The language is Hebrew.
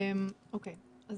אני